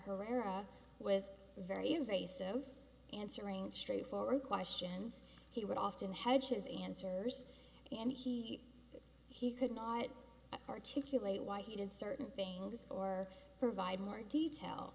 herrera was very invasive answering straightforward questions he would often hedge his answers and he he could not articulate why he did certain things or provide more detail